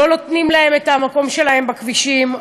לא נותנים להם את המקום שלהם בכבישים.